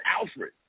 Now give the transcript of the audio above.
Alfred